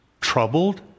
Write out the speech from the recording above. troubled